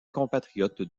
compatriotes